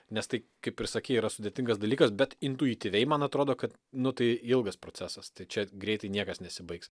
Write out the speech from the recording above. nes tai kaip ir sakei yra sudėtingas dalykas bet intuityviai man atrodo kad nu tai ilgas procesas čia greitai niekas nesibaigs